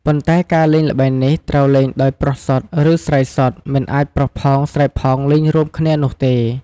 ប៉ុន្តែការលេងល្បែងនេះ ត្រូវលេងដោយប្រុសសុទ្ធ ឬស្រីសុទ្ធ មិនអាចប្រុសផងស្រីផងលេងរួមគ្នានោះទេ។